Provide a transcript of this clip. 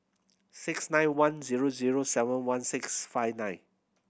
six nine one zero zero seven one six five nine